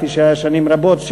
כפי שהיה שנים רבות,